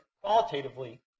qualitatively